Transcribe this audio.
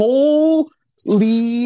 Holy